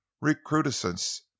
recrudescence